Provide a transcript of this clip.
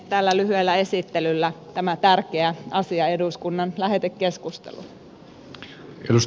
tällä lyhyellä esittelyllä tämä tärkeä asia eduskunnan lähetekeskusteluun